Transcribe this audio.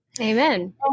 Amen